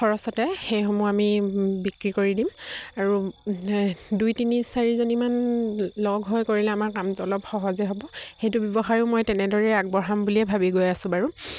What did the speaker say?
খৰচতে সেইসমূহ আমি বিক্ৰী কৰি দিম আৰু দুই তিনি চাৰিজনীমান লগ হৈ কৰিলে আমাৰ কামটো অলপ সহজে হ'ব সেইটো ব্যৱসায়ো মই তেনেদৰেই আগবঢ়াম বুলিয়ে ভাবি গৈ আছোঁ বাৰু